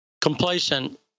complacent